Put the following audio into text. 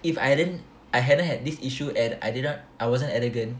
if I didn't I hadn't had this issue and I didn't I wasn't arrogant